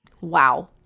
Wow